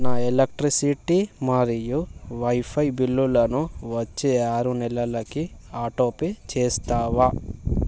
నా ఎలక్ట్రిసిటీ మరియు వైఫై బిల్లులను వచ్చే ఆరు నెలలకి ఆటోపే చేస్తావా